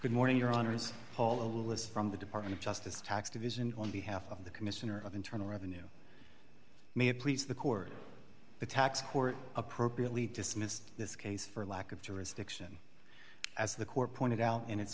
good morning your honors paula lists from the department of justice tax division on behalf of the commissioner of internal revenue may please the court the tax court appropriately dismissed this case for lack of jurisdiction as the court pointed out in it